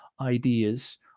ideas